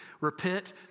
Repent